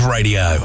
Radio